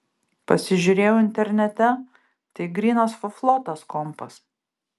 pasižiūrėjau internete tai grynas fuflo tas kompas